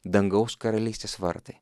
dangaus karalystės vartai